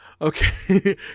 Okay